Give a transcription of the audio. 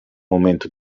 momento